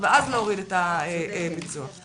אני